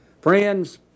Friends